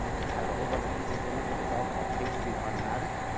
um it it has a whole bunch of pieces in it, but it's all called pagespeed automatic.